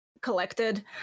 collected